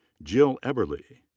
jill eberly.